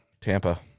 Tampa